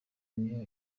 niyo